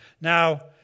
Now